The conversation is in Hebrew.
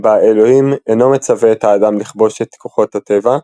בה אלוהים אינו מצווה את האדם לכבוש את כוחות הטבע,